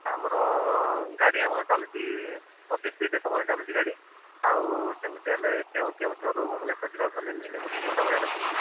ଆମର ଗାଡ଼ି ଆମର ଚାଲୁଛି ପଚିଶ୍ ସ୍ପିଡ଼୍ରେ ସବୁବେଳେ ଚାଲୁଛି ଗାଡ଼ି ଆଉ ସେମିତି ହେଲେ କେଉଁଝରରୁ ଭୁବନେଶ୍ୱର ଯିବାକୁ ହେଲେ ମିନିମମ୍ ତିନି ଘଣ୍ଟା ଭଳିଆ ଲାଗିବ